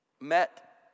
met